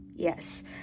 yes